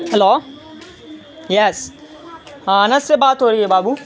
hello yes ہاں انس سے بات ہو رہی ہے بابو